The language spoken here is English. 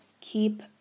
Keep